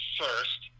first